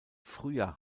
früher